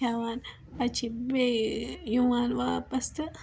کھیٚوان پَتہٕ چھ بیٚیہ یِوان واپَس تہٕ